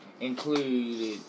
included